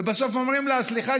ובסוף אומרים לה: סליחה,